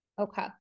Okay